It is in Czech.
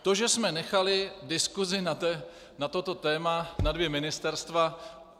To, že jsme nechali diskusi na toto téma na dvě ministerstva.